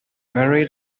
very